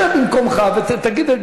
שב במקומך ותגיד,